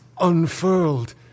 unfurled